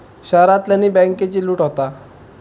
शहरांतल्यानी बॅन्केची लूट होता